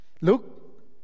Look